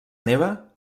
neva